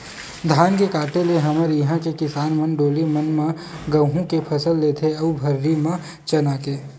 धान के कटे ले हमर इहाँ के किसान मन डोली मन म गहूँ के फसल लेथे अउ भर्री म चना के